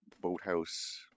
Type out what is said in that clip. boathouse